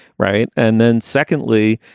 right and then secondly,